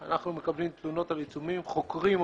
אנחנו מקבלים תלונות על עיצומים, חוקרים אותן.